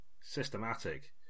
Systematic